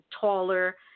taller